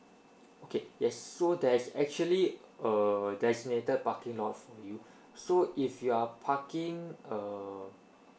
okay yes so there's actually err designated parking of you so if you are parking err